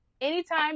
anytime